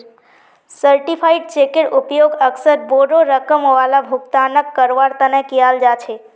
certified चेकेर उपयोग अक्सर बोडो रकम वाला भुगतानक करवार तने कियाल जा छे